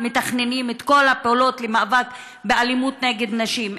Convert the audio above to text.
מתכננים את כל הפעולות למאבק באלימות נגד נשים,